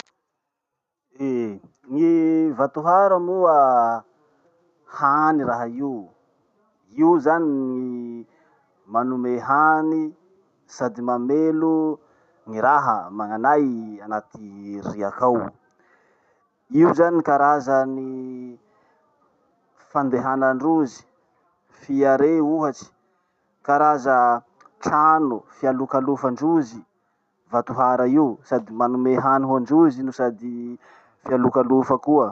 Eh! Gny vatohara moa, hany raha io. Io zany gny manome hany sady mamelo gny raha magnanay agnaty riaky ao. Io zany karazany fandehanandrozy, fihare ohatsy, karaza trano fialokalovandrozy vatohara io. Sady manome hany hoandrozy sady fialokalofa koa.